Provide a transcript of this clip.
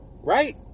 Right